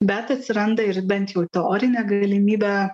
bet atsiranda ir bent jau teorinė galimybė